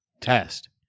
test